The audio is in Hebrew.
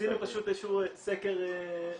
עשינו פשוט איזה שהוא סקר אקראי.